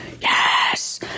yes